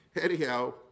anyhow